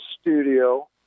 studio